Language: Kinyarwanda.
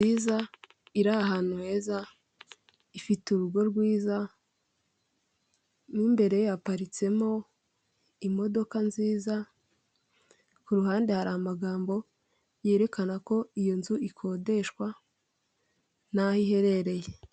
Nziza iri ahantu heza, ifite urugo rwiza, mu imbere haparitsemo imodoka nziza. Ku ruhande hari amagambo yerekana ko iyo nzu ikodeshwa n'aho iherereye.